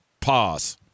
Pause